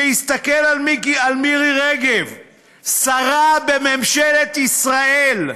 שיסתכל על מירי רגב, שרה בממשלת ישראל,